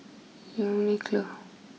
Uniqlo